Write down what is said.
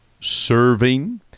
serving